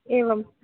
एवं